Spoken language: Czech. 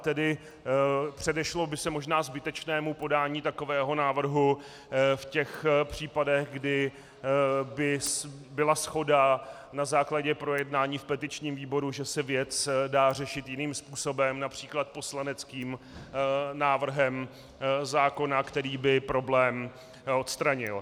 Tedy předešlo by se možná zbytečnému podání takového návrhu v těch případech, kdy by byla shoda na základě projednání v petičním výboru, že se věc dá řešit jiným způsobem, například poslaneckým návrhem zákona, který by problém odstranil.